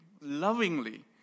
lovingly